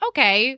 Okay